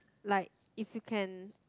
like if you can